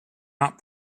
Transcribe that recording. not